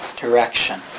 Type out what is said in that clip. direction